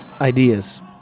Ideas